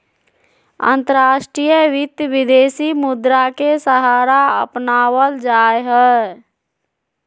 अंतर्राष्ट्रीय वित्त, विदेशी मुद्रा के सहारा अपनावल जा हई